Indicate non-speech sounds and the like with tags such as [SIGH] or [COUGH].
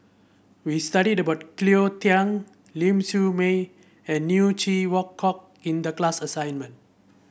we studied about Cleo Thang Ling Siew May and Neo Chwee [UNINTELLIGIBLE] Kok in the class assignment